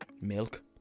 Milk